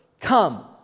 Come